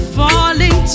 falling